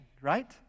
right